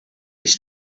his